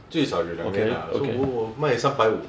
最少有两年 ah !whoa! !whoa! 卖三百五